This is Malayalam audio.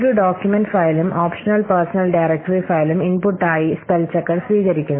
ഒരു ഡോക്യുമെന്റ് ഫയലും ഓപ്ഷണൽ പേഴ്സണൽ ഡയറക്ടറി ഫയലും ഇൻപുട്ടായി സ്പെൽ ചെക്കർ സ്വീകരിക്കുന്നു